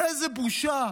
איזה בושה.